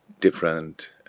different